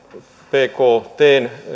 bktn